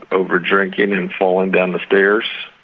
over-drinking and falling down the stairs,